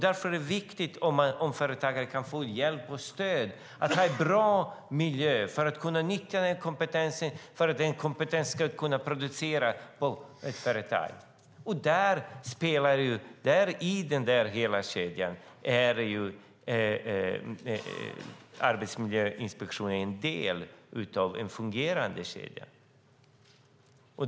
Därför är det viktigt att företagare kan få hjälp och stöd för att ha en bra miljö för att kunna nyttja denna kompetens och för att personen med denna kompetens ska kunna producera på ett företag. I denna kedja är Arbetsmiljöverket en del av en fungerande kedja.